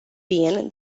bean